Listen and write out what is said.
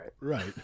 right